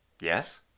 Yes